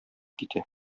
китә